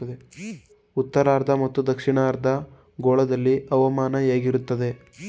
ಉತ್ತರಾರ್ಧ ಮತ್ತು ದಕ್ಷಿಣಾರ್ಧ ಗೋಳದಲ್ಲಿ ಹವಾಮಾನ ಹೇಗಿರುತ್ತದೆ?